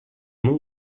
mon